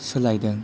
सोलायदों